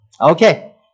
Okay